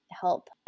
help